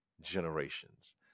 generations